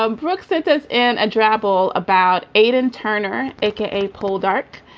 ah brooke that is an adorable about aidan turner, a k a. poldark